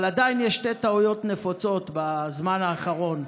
אבל עדיין יש שתי טעויות נפוצות בזמן האחרון: